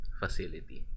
facility